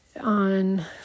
on